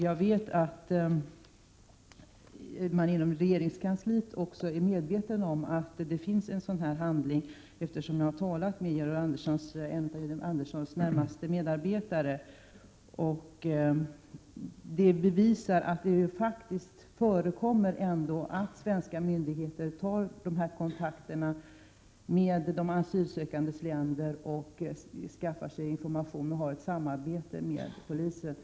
Jag vet att man också inom regeringskansliet är medveten om att det finns en sådan här handling, eftersom jag har talat med en av Georg Anderssons närmaste medarbetare. Detta bevisar att det ändå faktiskt förekommer att svenska myndigheter tar kontakter med de asylsökandes länder och skaffar sig information genom samarbete med polisen där.